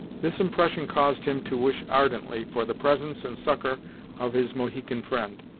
this impression caused him to wish ardently for the presence and succor of his mohican friend,